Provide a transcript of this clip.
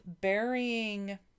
burying